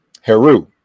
Heru